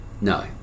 no